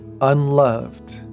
unloved